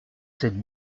cette